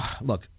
look